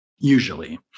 usually